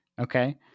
Okay